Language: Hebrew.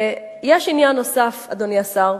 יש עניין נוסף, אדוני השר,